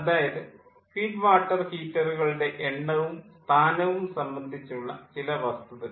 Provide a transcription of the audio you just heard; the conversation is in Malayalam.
അതായത് ഫീഡ് വാട്ടർ ഹീറ്ററുകളുടെ എണ്ണവും സ്ഥാനവും സംബന്ധിച്ചുള്ള ചില വസ്തുതകൾ